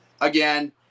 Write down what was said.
again